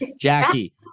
Jackie